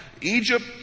Egypt